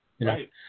Right